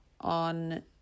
on